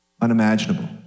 unimaginable